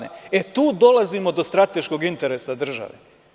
E, tu dolazimo do strateškog interesa države.